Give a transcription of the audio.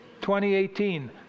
2018